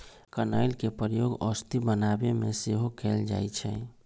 कनइल के प्रयोग औषधि बनाबे में सेहो कएल जाइ छइ